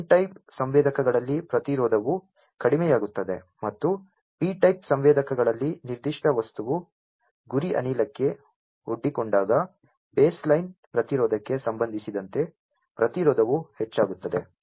n type ಸಂವೇದಕಗಳಲ್ಲಿ ಪ್ರತಿರೋಧವು ಕಡಿಮೆಯಾಗುತ್ತದೆ ಮತ್ತು p ಟೈಪ್ ಸಂವೇದಕಗಳಲ್ಲಿ ನಿರ್ದಿಷ್ಟ ವಸ್ತುವು ಗುರಿ ಅನಿಲಕ್ಕೆ ಒಡ್ಡಿಕೊಂಡಾಗ ಬೇಸ್ಲೈನ್ ಪ್ರತಿರೋಧಕ್ಕೆ ಸಂಬಂಧಿಸಿದಂತೆ ಪ್ರತಿರೋಧವು ಹೆಚ್ಚಾಗುತ್ತದೆ